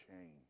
change